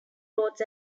roads